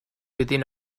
within